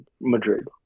Madrid